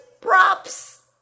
props